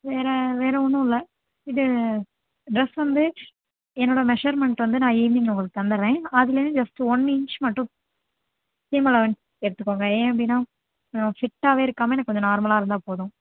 வேறு வேறு ஒன்றும் இல்லை இது ட்ரெஸ் வந்து என்னோட மெஷர்மெண்ட் வந்து நான் ஈவினிங் உங்களுக்கு தந்துடுறேன் அதுலருந்து ஜஸ்ட் ஒன்று இன்ச் மட்டும் எடுத்துக்கோங்க ஏன் அப்படினா ஆ ஃபிட்டாகவே இருக்காமல் எனக்கு கொஞ்சம் நார்மலாக இருந்தால் போதும்